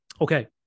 okay